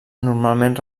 normalment